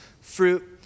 fruit